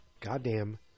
goddamn